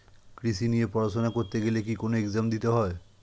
কৃষি নিয়ে পড়াশোনা করতে গেলে কি কোন এগজাম দিতে হয়?